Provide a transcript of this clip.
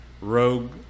Rogue